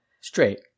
Straight